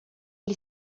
ele